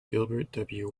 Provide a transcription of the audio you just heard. gilbert